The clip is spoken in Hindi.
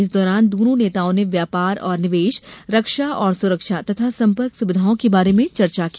इस दौरान दोनों नेताओं ने व्यापार और निवेश रक्षा और सुरक्षा तथा संपर्क सुविधाओं के बारे में चर्चा की